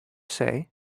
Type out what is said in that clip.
say